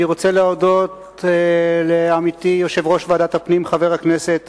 אני רוצה להודות לעמיתי יושב-ראש ועדת הפנים חבר הכנסת